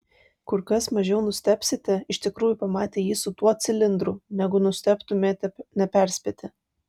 kur kas mažiau nustebsite iš tikrųjų pamatę jį su tuo cilindru negu nustebtumėte neperspėti